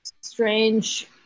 strange